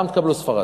גם תקבלו ספרדים.